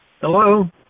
Hello